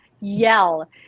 yell